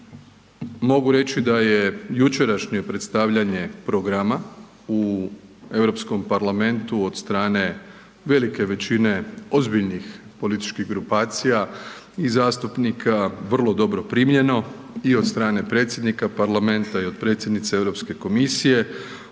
Mogu reći da je jučerašnje predstavljanje programa u Europskom parlamentu od strane velike većine ozbiljnih političkih grupacija i zastupnika vrlo dobro primljeno i od strane predsjednika parlamenta i od predsjednice Europske komisije.